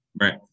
right